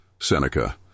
Seneca